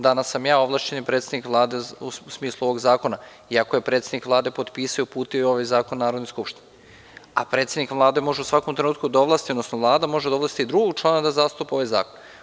Danas sam ja ovlašćeni predstavnik Vlade u smislu ovog zakona, iako je predsednik Vlade potpisao i uputio ovaj zakon Narodnoj skupštini, a predsednik Vlade može u svakom trenutku da ovlasti, odnosno Vlada može da ovlasti drugog člana da zastupa ovaj zakon.